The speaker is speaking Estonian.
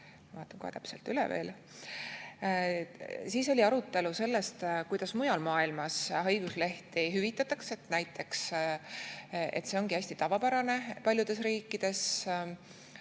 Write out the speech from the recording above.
Siis oli arutelu sellest, kuidas mujal maailmas haiguslehti hüvitatakse. Näiteks see ongi hästi tavapärane paljudes riikides,